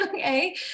Okay